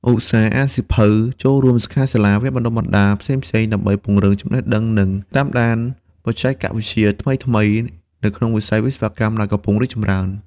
ឧស្សាហ៍ អានសៀវភៅ ចូលរួមសិក្ខាសាលា ឬវគ្គបណ្តុះបណ្តាល ផ្សេងៗ ដើម្បី ពង្រឹងចំណេះដឹង និង តាមដានបច្ចេកវិទ្យាថ្មីៗ នៅក្នុងវិស័យវិស្វកម្មដែលកំពុងរីកចម្រើន។